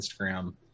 Instagram